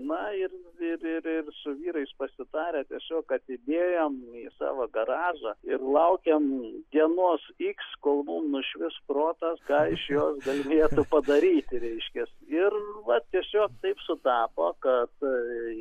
na ir ir ir su vyrais pasitarę tiesiog atidėjo į savo garžą ir laukėm dienos iks kol mum nušvis protas ką iš jos galėtų padaryti reiškias ir va tiesiog taip sutapo kad